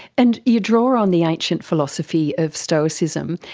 and you draw on the ancient philosophy of stoicism.